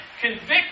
convict